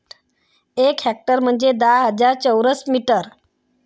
एक हेक्टर म्हणजे दहा हजार चौरस मीटर